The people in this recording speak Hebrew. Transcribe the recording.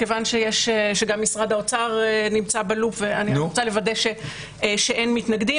וכיוון שגם משרד האוצר נמצא בלופ ואני רוצה לוודא שאין מתנגדים,